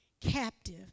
captive